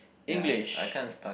English